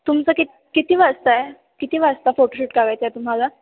तुमचं कित किती वाजता आहे किती वाजता फोटोशूट कारायचा आहे तुम्हाला